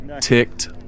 ticked